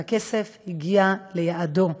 והכסף הגיע ליעדו,